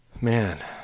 man